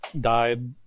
died